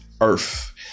earth